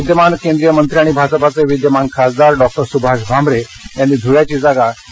विद्यमान केंद्रीय मंत्री आणि भाजपाचे विद्यमान खासदार डॉक्टर सुभाष भामरे यांनी धुळ्याची जागा कायम राखली आहे